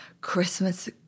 Christmas